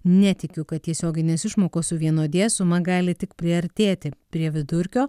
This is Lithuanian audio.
netikiu kad tiesioginės išmokos suvienodės suma gali tik priartėti prie vidurkio